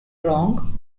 wrong